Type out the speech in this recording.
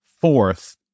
fourth